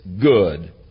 good